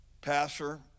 Pastor